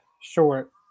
short